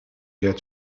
get